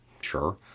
Sure